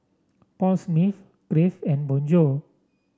Paul Smith Crave and Bonjour